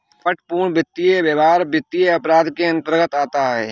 कपटपूर्ण वित्तीय व्यवहार वित्तीय अपराध के अंतर्गत आता है